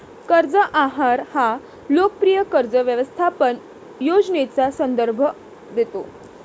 कर्ज आहार हा लोकप्रिय कर्ज व्यवस्थापन योजनेचा संदर्भ देतो